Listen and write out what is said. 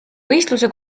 võistluse